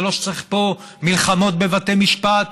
זה לא שצריך פה מלחמות בבתי משפט.